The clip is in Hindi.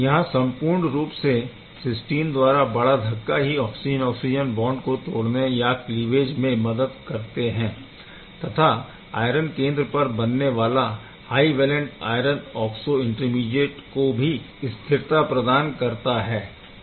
यहाँ संपूर्ण रूप से सिस्टीन द्वारा बड़ा धक्का ही ऑक्सिजन ऑक्सिजन बॉन्ड को तोड़ने या क्लीवेज में मदद करते है तथा आयरन केंद्र पर बनने वाला high valent iron oxo intermediate को भी स्थिरता प्रदान करता है